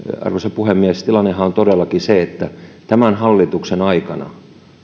arvoisa puhemies tilannehan on todellakin se että tämän hallituksen aikana